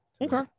Okay